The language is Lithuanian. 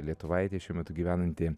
lietuvaitė šiuo metu gyvenanti